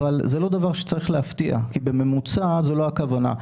אבל זה לא דבר שצריך להפתיע כי כממוצע זו לא הכוונה.